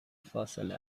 فاصله